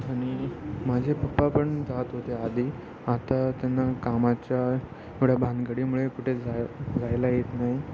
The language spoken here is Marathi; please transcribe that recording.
आणि माझे पप्पा पण जात होते आधी आता त्यांना कामाच्या एवढ्या भानगडीमुळे कुठे जाय जायला येत नाही